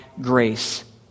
grace